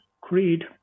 creed